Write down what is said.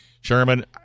Sherman